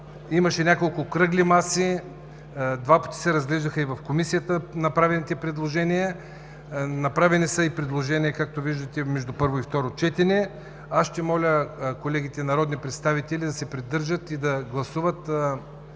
Имаше няколко кръгли маси, два пъти се разглеждаха и в Комисията направените предложения, направени са предложения и между първо и второ четене. Ще помоля колегите народни представители да се придържат и да гласуват